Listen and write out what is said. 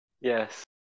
Yes